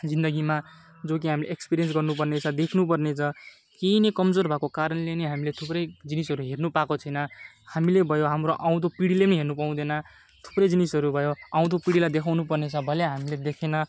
जिन्दगीमा जो कि हामीले एक्सपिरियन्स गर्नु पर्ने छ देख्नु पर्ने छ केही नै कमजोर भएको कारणले नै हामीले थुप्रै जिनिसहरू हेर्नु पाएको छैन हामीले भयो हाम्रो आउँदो पिँढीले नि हेर्नु पाउँदैन थुप्रै जिनिसहरू भयो आउँदो पिँढीलाई देखाउनु पर्ने छ भलै हामीले देखेन